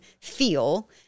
feel